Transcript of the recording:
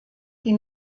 die